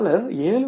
dollar 7